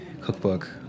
cookbook